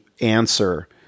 answer